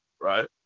Right